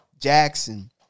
Jackson